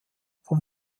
vom